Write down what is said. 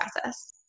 process